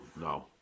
No